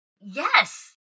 Yes